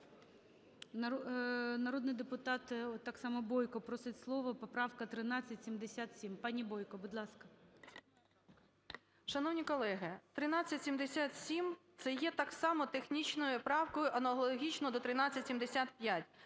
Народний депутат так само Бойко просить слово, поправка 1377. Пані Бойко, будь ласка. 16:21:38 БОЙКО О.П. Шановні колеги, 1377 – це є так само технічною правкою аналогічно до 1375.